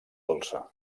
dolça